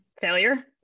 Failure